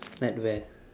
at where